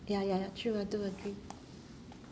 ya ya ya true I do agree